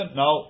no